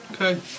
Okay